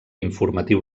informatiu